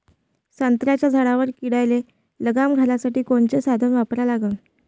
संत्र्याच्या झाडावर किडीले लगाम घालासाठी कोनचे साधनं वापरा लागन?